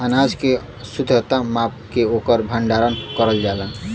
अनाज के शुद्धता माप के ओकर भण्डारन करल जाला